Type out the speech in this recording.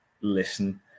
listen